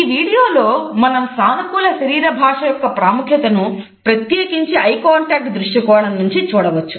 ఈ వీడియోలో మనం సానుకూల శరీర భాష యొక్క ప్రాముఖ్యతను ప్రత్యేకించి ఐ కాంటాక్ట్ దృష్టికోణం నుండి చూడవచ్చు